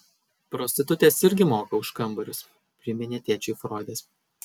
prostitutės irgi moka už kambarius priminė tėčiui froidas